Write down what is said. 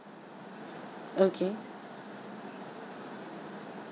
okay